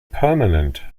permanent